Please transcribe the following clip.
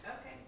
Okay